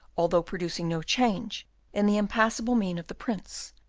although producing no change in the impassible mien of the prince,